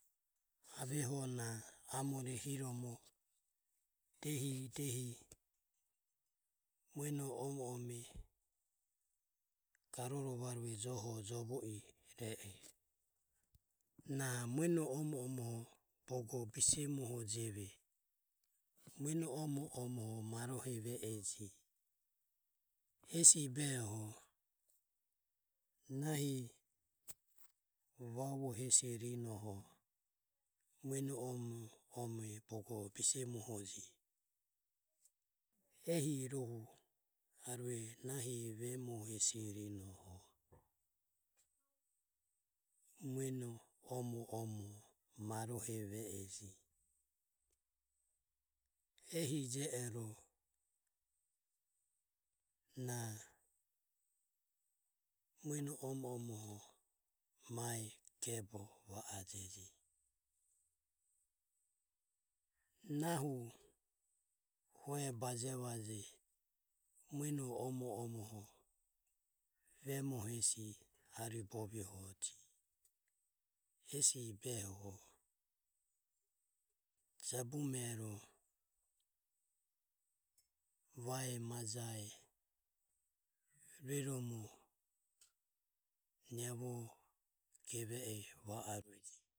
Aveho na amore hiromo diehi diehi mueno ome ome garoro vaure joho jovo i e a. Na mueno ome ome bogo bise muoho jeve. Mueno omo omoho marohe ve e ge, hesi behoho nahi vavu hesirinoho bogo bise muoho ge, ehi rohu arue nahi vemu hesirinoho mueno omo ome marohe ve e ge, ehi je ero na mueno omo omoho mae gebo va ajeje nahu hue bajevaje mueno omomoho vemu hesi aribovioho ge hesi behoho jabume rueromo geve e va arueje.